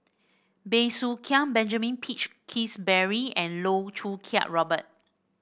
Bey Soo Khiang Benjamin Peach Keasberry and Loh Choo Kiat Robert